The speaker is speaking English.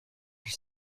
your